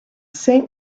saint